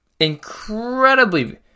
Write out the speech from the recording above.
Incredibly